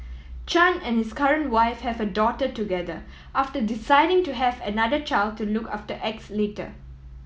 Chan and his current wife have a daughter together after deciding to have another child to look after X later